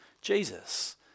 Jesus